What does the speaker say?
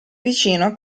vicino